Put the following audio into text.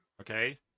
Okay